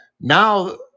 Now